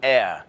Air